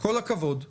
מתכוון לעשות?